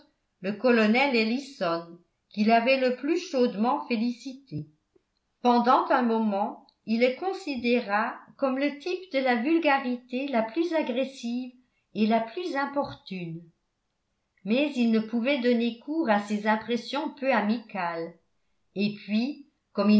le colonel ellison qui l'avait le plus chaudement félicité pendant un moment il le considéra comme le type de la vulgarité la plus agressive et la plus